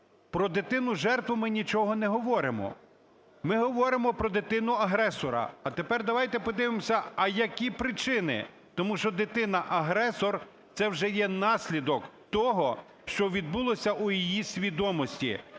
Про дитину-жертву ми нічого не говоримо, ми говоримо про дитину-агресора. А тепер давайте подивимося, а які причини, тому що дитина-агресор – це вже є наслідок того, що відбулося у її свідомості.